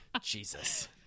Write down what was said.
jesus